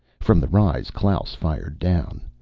from the rise, klaus fired down.